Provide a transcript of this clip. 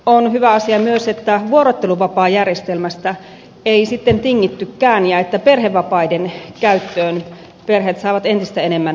on hyvä asia myös että vuorotteluvapaajärjestelmästä ei sitten tingittykään ja että perhevapaiden käyttöön perheet saavat entistä enemmän valinnanvapauksia